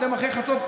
אתם אחרי חצות,